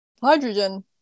Hydrogen